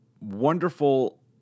wonderful